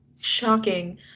shocking